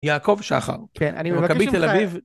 יעקב שחר. כן, אני מכבי תל אביב